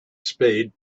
spade